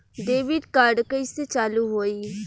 Debit card कइसे चालू होई?